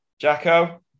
Jacko